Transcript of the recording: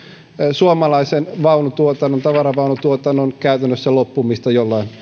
suomalaisen tavaravaunutuotannon loppumista jollain